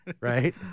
Right